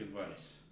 advice